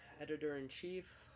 editor-in-chief